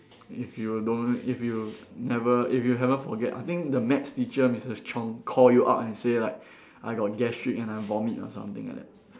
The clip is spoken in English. if you don't if you never if you haven't forget I think the maths teacher Missus Chong call you up and say like I got gastric and I vomit or something like that